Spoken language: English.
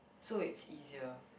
so it's easier